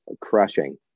crushing